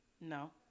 No